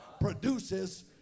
produces